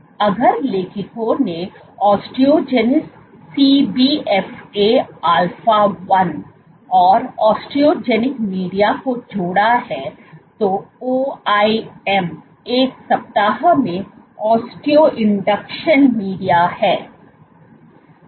अगर लेखकों ने ओस्टियोजेनिक्स सीबीएफए अल्फा 1 और ओस्टोजेनिक मीडिया को जोड़ा है तो ओआईएम एक सप्ताह में ओस्टियो इंडक्शन मीडिया है